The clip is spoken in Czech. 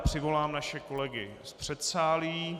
Přivolám naše kolegy z předsálí.